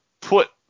put